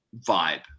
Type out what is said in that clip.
vibe